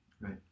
Right